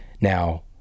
Now